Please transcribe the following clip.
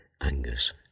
Angus